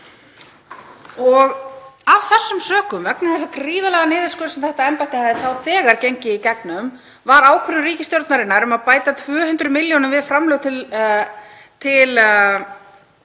Af þessum sökum, vegna þess gríðarlega niðurskurðar sem þetta embætti hafði þá þegar gengið í gegnum, var ákvörðun ríkisstjórnarinnar um að bæta 200 milljónum við, í